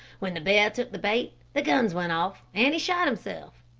when the bear took the bait, the guns went off, and he shot himself.